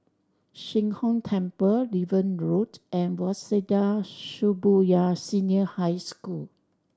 Sheng Hong Temple Niven Road and Waseda Shibuya Senior High School